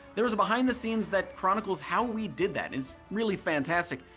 there's a behind the scenes that chronicles how we did that. it's really fantastic.